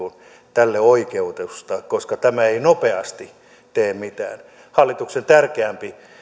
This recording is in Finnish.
tälle oikeutusta koska tämä ei nopeasti tee mitään hallituksen tärkeämpi